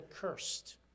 cursed